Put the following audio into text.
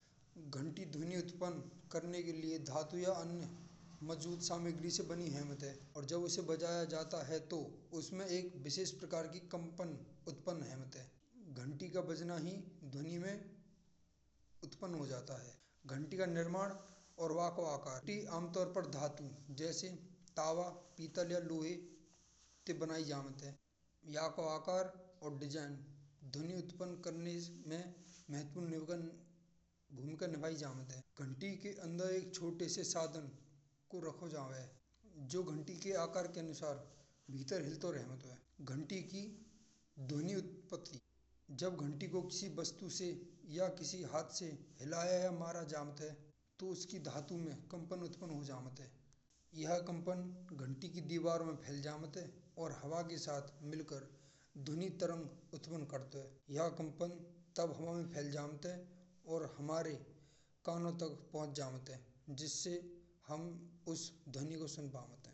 घंटी ध्वनि उत्पन्न करने के लिए धातु या अन्य मौजूद सामग्री से बनी हेमेत है। और जब उसे बजाया जाता है तो उसमें एक विशिष्ट प्रकार की कंपाने उत्पन्न हेमेत है। घंटी का बजाना ही ध्वनि में उत्पन्न हो जाता है। घंटी का निर्माण और वह को आकार और आमतौर पर धातु पर धातु। जैसे तवा पीतल या लोहे ते बनाई जमात है। या को आकार और डिज़ाइन उत्पन्न करने में महत्वपूर्ण भूमिका निभाते हैं। घंटी के अंदर एक छोटे से साधन को रखा जावे जो घंटी के आकार के अनुरूप भीतर ही तो रहमत है। घंटी की ध्वनि उत्पन्न जब घंटी को किसी वस्तु से या हाथ से हिलाया या मारा जाता है। तो उसकी धातु में कंपन उत्पन्न हो जाता है। यह कंपन घंटी की दीवार में फैल जावत है। और हवा के साथ मिलकर ध्वनि तरंग उत्पन्न कर्ता है। यह कंपन तब फैल जावत है। और हमारे कानों तक पहुँच जाता है। जिसे हम उस घंटी को सुन पावत हैं।